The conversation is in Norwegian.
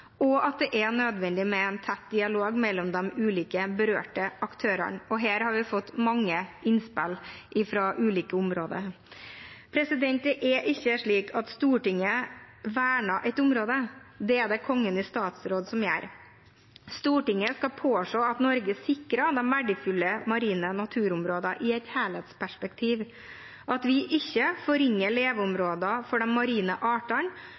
og det er nødvendig med en tett dialog mellom de ulike berørte aktørene. Her har vi fått mange innspill fra ulike områder. Det er ikke slik at Stortinget verner et område. Det er det Kongen i statsråd som gjør. Stortinget skal påse at Norge sikrer alle de verdifulle marine naturområdene i et helhetsperspektiv, at vi ikke forringer leveområdene for de marine artene,